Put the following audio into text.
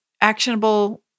actionable